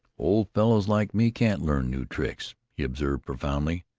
old fellows like me can't learn new tricks, he observed profoundly.